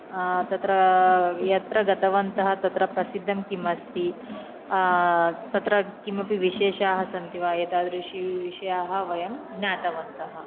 तत्र यत्र गतवन्तः तत्र प्रसिद्धं किम् अस्ति तत्र किमपि विशेषाः सन्ति वा एतादृशि विषयाः वयं ज्ञातवन्तः